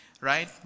right